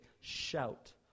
shout